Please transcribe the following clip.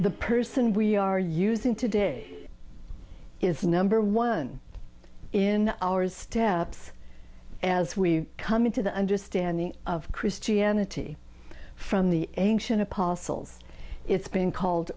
the person we are using today is number one in ours steps as we come into the understanding of christianity from the ancient apostles it's been called